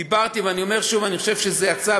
דיברתי, ואני אומר שוב, אני חושב שזה יצא.